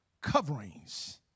coverings